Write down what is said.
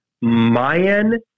Mayan